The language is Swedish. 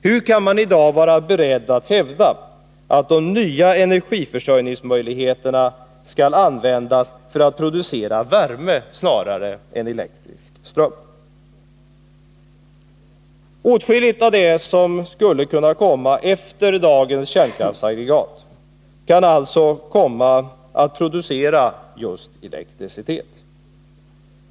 Hur kan man i dag vara beredd att hävda att de nya energiförsörjningsmöjligheterna skall användas för att producera värme snarare än elektrisk ström? Åtskilligt av det som skulle kunna ersätta dagens kärnkraftsaggregat kan alltså komma att producera just elektricitet.